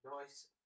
nice